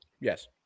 Yes